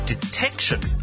detection